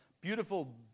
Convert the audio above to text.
beautiful